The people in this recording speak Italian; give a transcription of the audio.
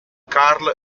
carl